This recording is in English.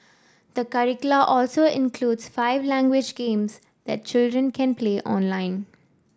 the curricula also includes five language games that children can play online